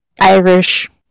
Irish